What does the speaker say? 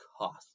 cost